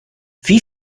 wie